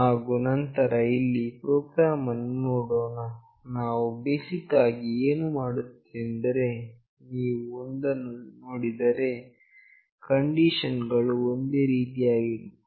ಹಾಗು ನಂತರ ಇಲ್ಲಿರುವ ಪ್ರೊಗ್ರಾಮ್ ಅನ್ನು ನೋಡೋಣ ನಾವು ಬೇಸಿಕ್ ಆಗಿ ಏನು ಮಾಡುವುದೆಂದರೆ ನೀವು ಒಂದನ್ನು ನೋಡಿದರೆ ಕಂಡೀಷನ್ ಗಳು ಒಂದೇ ರೀತಿಯಾಗಿದೆ